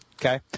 okay